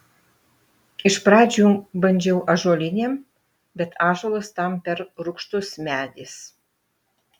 iš pradžių bandžiau ąžuolinėm bet ąžuolas tam per rūgštus medis